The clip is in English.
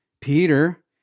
Peter